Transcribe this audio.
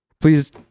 Please